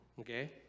okay